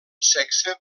sexe